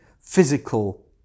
physical